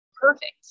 perfect